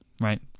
right